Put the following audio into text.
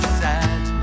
sad